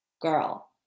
Girl